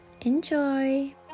enjoy